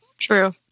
True